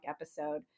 episode